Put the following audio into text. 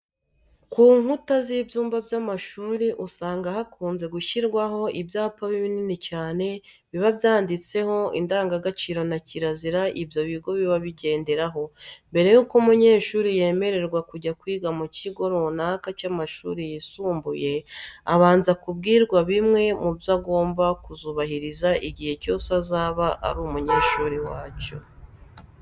Ku nkuta z'ibyumba by'amashuri usanga hakunze gushyirwa ibyapa binini cyane biba byanditseho indangagaciro na kirazira ibyo bigo biba bigenderaho. Mbere yuko umunyeshuri yemererwa kujya kwiga mu kigo runaka cy'amashuri yisumbuye, abanza kubwirwa bimwe mu byo agomba kuzubahiriza igihe cyose azaba ari umunyeshuri wacyo.